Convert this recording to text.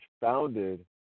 founded